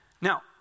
Now